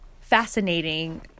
fascinating